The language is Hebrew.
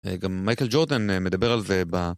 גם מייקל ג'ורדן מדבר על זה ב...